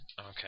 Okay